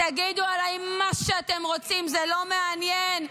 תגידו עליי מה שאתם רוצים, זה לא מעניין,